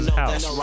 house